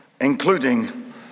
including